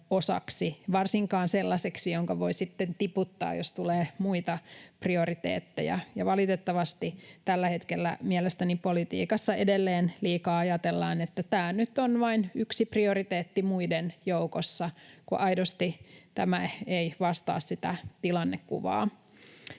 varsinkaan sellaiseksi, jonka voi sitten tiputtaa, jos tulee muita prioriteetteja. Valitettavasti tällä hetkellä mielestäni politiikassa edelleen liikaa ajatellaan, että tämä nyt on vain yksi prioriteetti muiden joukossa, kun aidosti tämä ei vastaa sitä tilannekuvaa.